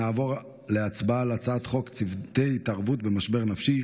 נעבור להצבעה בקריאה ראשונה על הצעת חוק צוותי התערבות במשבר נפשי,